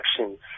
actions